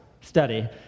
study